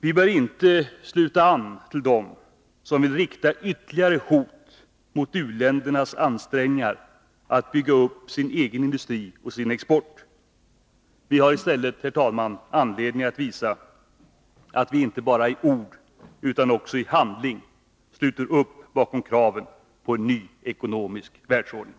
Vi bör inte sluta an till dem som vill rikta ytterligare hot mot u-ländernas ansträngningar att bygga upp sin egen industri och sin export. Vi har i stället, herr talman, anledning att visa att vi inte bara i ord utan också i handling sluter upp bakom kraven på en ny ekonomisk världsordning.